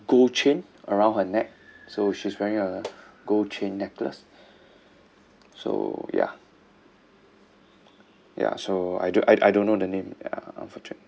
gold chain around her neck so she's wearing a gold chain necklace so ya ya so I I don't know the name unfortunate